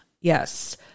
yes